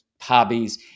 hobbies